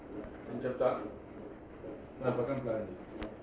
అయితే లేత సిక్కుడులో అలానే తొక్కలలో మాత్రం తక్కువ సెల్యులోస్ ఉంటుంది